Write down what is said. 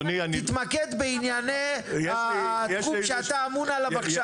תתמקד בענייני התחום שאתה אמון עליו עכשיו.